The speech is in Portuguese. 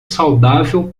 saudável